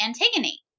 Antigone